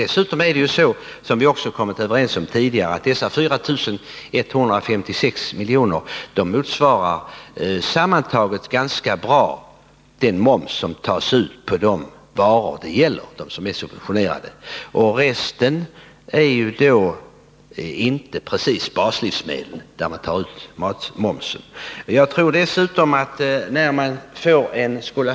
Dessutom — och det har vi också varit överens om tidigare — motsvarar dessa 4 156 miljoner sammantaget ganska bra den moms som tas ut på de varor som är subventionerade. Resten av de varor där man tar ut matmoms är inte precis baslivsmedel.